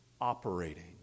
operating